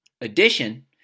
Addition